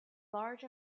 large